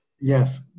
Yes